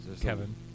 Kevin